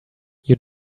you